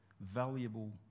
valuable